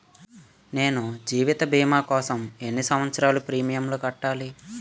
నేను జీవిత భీమా కోసం ఎన్ని సంవత్సారాలు ప్రీమియంలు కట్టాలి?